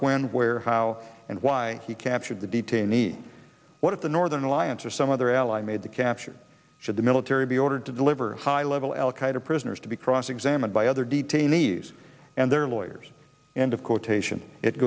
when where how and why he captured the detainee what if the northern alliance or some other ally made the capture should the military be ordered to deliver high level al qaeda prisoners to be cross examined by other detainees and their lawyers and